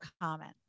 comment